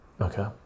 okay